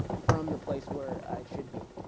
from the place where it should be?